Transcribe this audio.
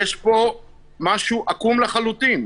יש כאן משהו עקום לחלוטין.